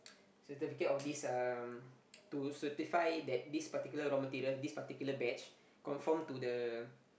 certificate of this um to certify that this particular raw material this particular batch conform to the